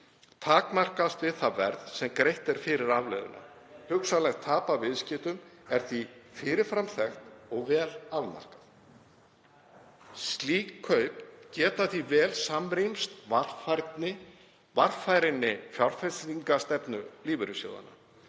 takmarkast við það verð sem greitt er fyrir afleiðuna. Hugsanlegt tap af viðskiptunum er því fyrir fram þekkt og vel afmarkað. Slík kaup geta því vel samrýmst varfærinni fjárfestingarstefnu lífeyrissjóða.